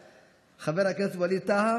וכל מי שנלחם נגד האויב הזה,